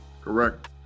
Correct